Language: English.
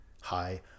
Hi